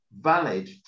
valid